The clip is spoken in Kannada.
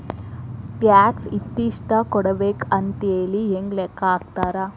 ಟ್ಯಾಕ್ಸ್ ಇಂತಿಷ್ಟ ಕೊಡ್ಬೇಕ್ ಅಂಥೇಳಿ ಹೆಂಗ್ ಲೆಕ್ಕಾ ಹಾಕ್ತಾರ?